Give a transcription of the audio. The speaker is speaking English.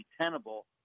tenable